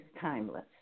timeless